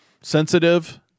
sensitive